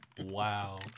Wow